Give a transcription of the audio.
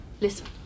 Listen